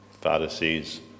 Pharisees